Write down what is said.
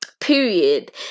period